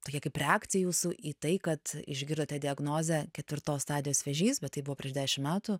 tokie kaip reakcija jūsų į tai kad išgirdote diagnozę ketvirtos stadijos vėžys bet tai buvo prieš dešim metų